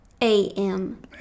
A-M